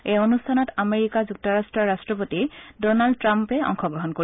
এই অনুষ্ঠানত আমেৰিকা যুক্তৰাট্টৰ ৰাট্টপতি ৰনাল্ড ট্ৰাম্প অংশ গ্ৰহণ কৰিব